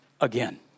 again